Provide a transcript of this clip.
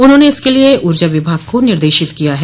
उन्होंने इसके लिये ऊर्जा विभाग को निर्देशित किया है